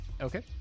okay